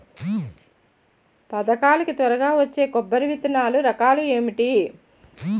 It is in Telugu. పథకాల కి త్వరగా వచ్చే కొబ్బరి విత్తనాలు రకం ఏంటి?